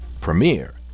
premiere